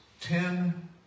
ten